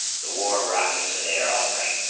the war rockets are there, all right.